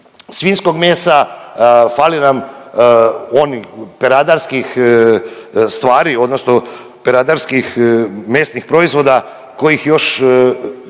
svinjskog mesa, fali nam onih peradarskih stvari odnosno peradarskih mesnih proizvoda kojih još